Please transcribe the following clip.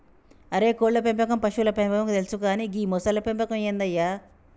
అరే కోళ్ళ పెంపకం పశువుల పెంపకం తెలుసు కానీ గీ మొసళ్ల పెంపకం ఏందయ్య